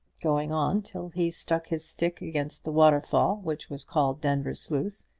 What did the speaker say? going on till he struck his stick against the waterfall which was called denvir sluice,